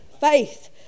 Faith